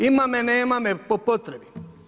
Ima me – nema me, po potrebi.